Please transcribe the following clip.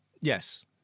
Yes